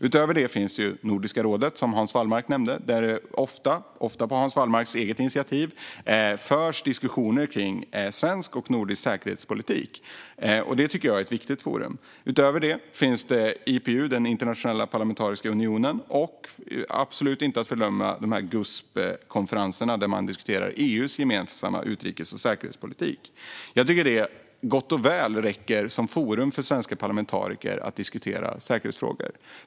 Utöver det finns Nordiska rådet, som Hans Wallmark nämnde, där det ofta, och ofta på Hans Wallmarks eget initiativ, förs diskussioner kring svensk och nordisk säkerhetspolitik. Det tycker jag är ett viktigt forum. Därtill finns den internationella parlamentariska unionen, IPU, och, inte att förglömma, GUSP-konferenserna där man diskuterar EU:s gemensamma utrikes och säkerhetspolitik. Jag tycker att det gott och väl räcker som forum för svenska parlamentariker att diskutera säkerhetsfrågor i.